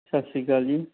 ਸਤਿ ਸ਼੍ਰੀ ਅਕਾਲ ਜੀ